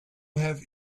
have